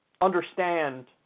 understand